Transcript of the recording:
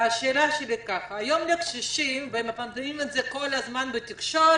השאלה שלי היא זו: היום לקשישים ומפמפמים את זה כל הזמן בתקשורת